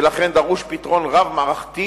ולכן דרוש פתרון רב-מערכתי